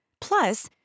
Plus